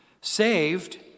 Saved